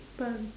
but